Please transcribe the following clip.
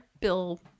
Bill